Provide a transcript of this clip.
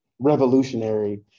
Revolutionary